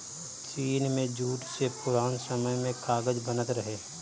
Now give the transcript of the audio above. चीन में जूट से पुरान समय में कागज बनत रहे